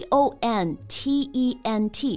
Content